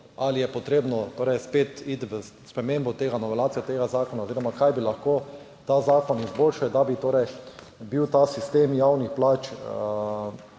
ali je potrebno spet iti v spremembo tega, novelacije tega zakona oziroma kaj bi lahko ta zakon izboljšali, da bi torej bil ta sistem javnih plač